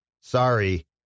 Sorry